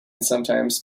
sometimes